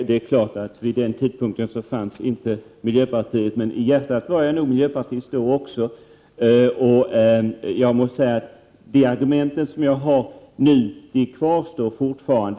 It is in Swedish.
Herr talman! Vid den tidpunkten fanns inte miljöpartiet, men i hjärtat var jag nog miljöpartist då också. De argument jag har kvarstår fortfarande.